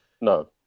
No